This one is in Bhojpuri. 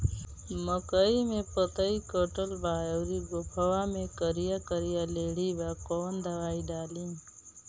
मकई में पतयी कटल बा अउरी गोफवा मैं करिया करिया लेढ़ी बा कवन दवाई डाली?